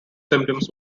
symptoms